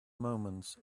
moments